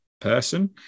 person